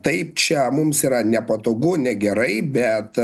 taip čia mums yra nepatogu negerai bet